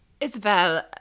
Isabel